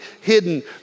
hidden